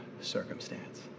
circumstance